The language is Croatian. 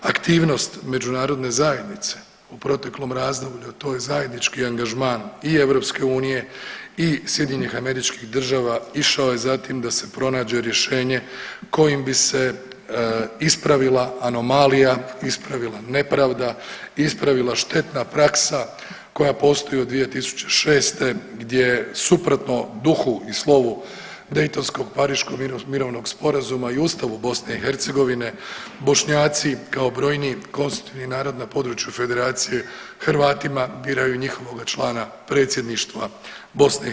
Aktivnost međunarodne zajednice u proteklom razdoblju, a to je zajednički angažman i EU i SAD-a išao je za tim da se pronađe rješenje kojim bi se ispravila anomalija, ispravila nepravda, ispravila štetna praksa koja postoji od 2006. gdje suprotno i slovu Dejtonsko-Pariškog mirovnog sporazuma i Ustavu BiH Bošnjaci kao brojniji konstitutivni narod na području Federacije Hrvatima biraju njihovoga člana predsjedništva BiH.